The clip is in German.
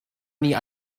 nie